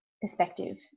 perspective